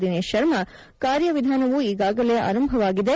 ದಿನೇಶ್ ಶರ್ಮ ಕಾರ್ಯವಿಧಾನವು ಈಗಾಗಲೇ ಆರಂಭವಾಗಿದೆ